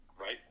right